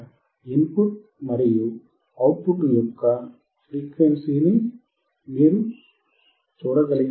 in put మరియు output యొక్క ఫ్రీక్వెన్సీని మీరు చూడగలిగేది కాదు